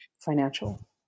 financial